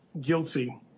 guilty